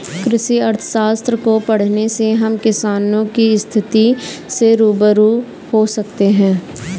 कृषि अर्थशास्त्र को पढ़ने से हम किसानों की स्थिति से रूबरू हो सकते हैं